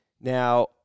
Now